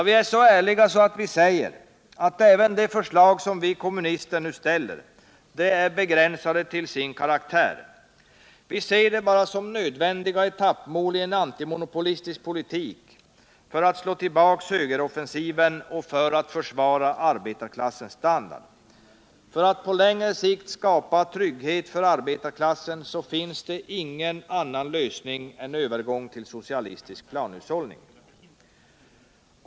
Vi är så ärliga att vi säger att även de förslag som vi kommunister nu ställer är begränsade till sin karaktär. Vi ser dem bara som nödvändiga etappmål i en antimonopolistisk politik för att slå tillbaka högeroffensiven och försvara arbetarklassens standard. För att på längre sikt skapa trygghet för arbetarklassen finns ingen annan lösning än övergång till socialistisk planhushållning.